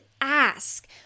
ask